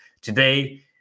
Today